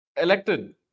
elected